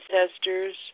ancestors